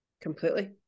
completely